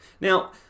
Now